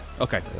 okay